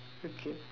okay